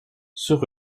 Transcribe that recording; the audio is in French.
sur